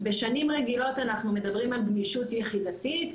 בשנים רגילות אנחנו מדברים על גמישות יחידתית,